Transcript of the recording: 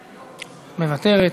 מוותרת.